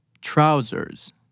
trousers